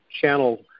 channel